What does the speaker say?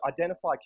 identify